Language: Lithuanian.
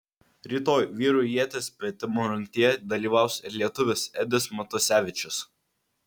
rytoj vyrų ieties metimo rungtyje dalyvaus ir lietuvis edis matusevičius